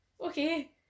Okay